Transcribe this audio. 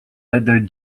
letter